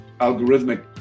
algorithmic